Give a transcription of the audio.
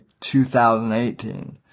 2018